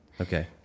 okay